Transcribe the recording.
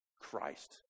Christ